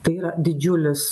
tai yra didžiulis